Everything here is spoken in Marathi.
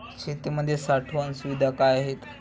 शेतीमध्ये साठवण सुविधा काय आहेत?